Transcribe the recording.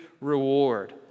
reward